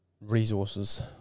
resources